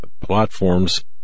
platforms